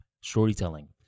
storytelling